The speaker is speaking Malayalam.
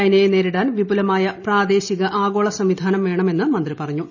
ചൈനയെ നേരിടാൻ വിപുലമായ പ്രാദേശിക ആഗോള സംവിധാനം വേണമെന്ന് മന്ത്രി പറഞ്ഞു